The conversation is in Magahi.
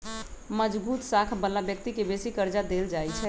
मजगुत साख बला व्यक्ति के बेशी कर्जा देल जाइ छइ